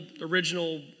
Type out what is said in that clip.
original